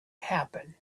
happen